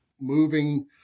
moving